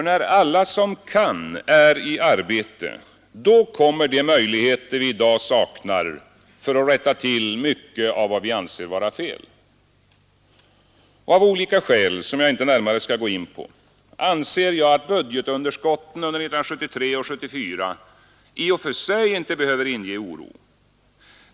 När alla som kan är i arbete, då kommer de möjligheter vi i dag saknar för att rätta till mycket av vad vi anser vara fel. Av olika skäl, som jag inte närmare skall gå in på, anser jag att budgetunderskotten under 1973 och 1974 i och för sig inte behöver inge oro.